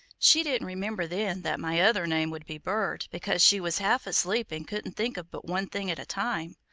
she didn't remember then that my other name would be bird, because she was half asleep, and couldn't think of but one thing at a time.